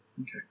Okay